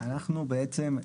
אנחנו בעצם,